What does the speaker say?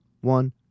one